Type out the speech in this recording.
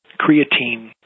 creatine